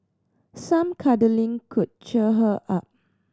some cuddling could cheer her up